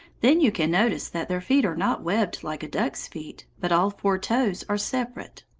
then you can notice that their feet are not webbed like a duck's feet, but all four toes are separate.